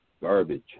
Garbage